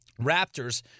Raptors